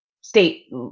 state